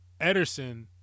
Ederson